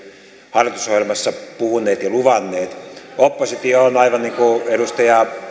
hallitusohjelmassa puhuneet ja minkä luvanneet oppositio on aivan niin kuin edustaja